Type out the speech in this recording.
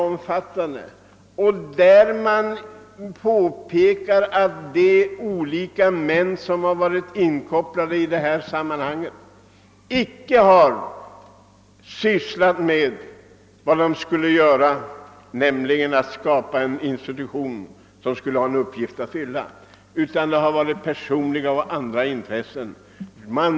I detta betänkande påpekas att de personer som varit inkopplade på verksamheten inte har sysslat med det de skulle göra, nämligen att skapa en institution som verkligen hade en uppgift att fylla. I stället har personliga och andra intressen fått göra sig gällande.